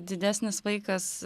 didesnis vaikas